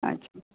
ଆଚ୍ଛା